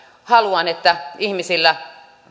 haluan että ihmisillä